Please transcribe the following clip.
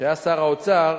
שהיה שר האוצר,